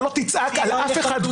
אתה לא תצעק על אף אחד פה.